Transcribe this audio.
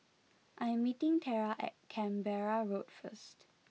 I am meeting Tera at Canberra Road first